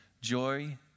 Joy